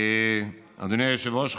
אדוני היושב-ראש,